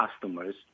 customers